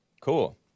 Cool